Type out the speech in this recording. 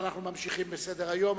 (מחיאות כפיים) אנחנו.ממשיכים בסדר-היום.